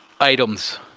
items